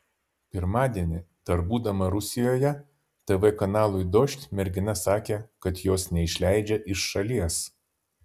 pirmadienį dar būdama rusijoje tv kanalui dožd mergina sakė kad jos neišleidžia iš šalies